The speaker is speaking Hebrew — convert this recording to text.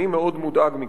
אני מאוד מודאג מכך.